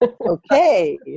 Okay